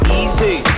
easy